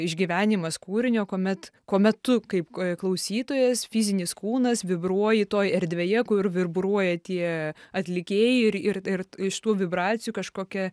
išgyvenimas kūrinio kuomet kuomet tu kaip klausytojas fizinis kūnas vibruoji toj erdvėje kur vibruoja tie atlikėjai ir ir ir iš tų vibracijų kažkokia